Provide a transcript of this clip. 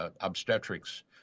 obstetrics